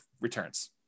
returns